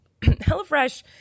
HelloFresh